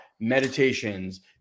meditations